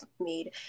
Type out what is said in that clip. made